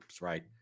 right